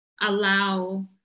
allow